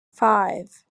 five